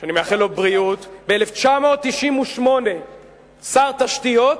שאני מאחל לו בריאות, ב-1998 שר תשתיות,